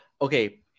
okay